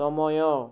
ସମୟ